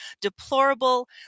deplorable